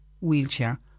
wheelchair